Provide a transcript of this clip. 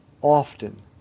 often